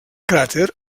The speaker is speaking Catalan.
cràter